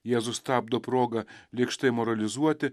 jėzus stabdo progą lėkštai moralizuoti